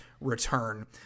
return